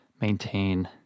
maintain